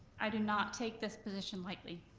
i do not take this position lightly.